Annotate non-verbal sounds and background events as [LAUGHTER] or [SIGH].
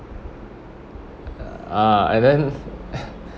ah and then [LAUGHS]